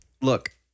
look